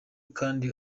kandi